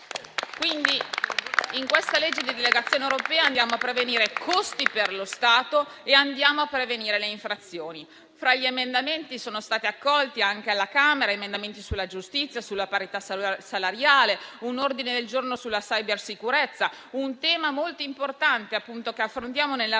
questo disegno di legge di delegazione europea andiamo a prevenire costi per lo Stato e andiamo a prevenire le infrazioni. Fra gli emendamenti che sono stati accolti, anche alla Camera, ci sono emendamenti sulla giustizia e sulla parità salariale e c'è un ordine nel giorno sulla cybersicurezza. Questo è un tema molto importante, che affrontiamo nell'articolo